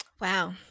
Wow